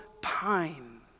pine